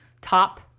top